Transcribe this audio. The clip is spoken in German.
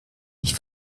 mich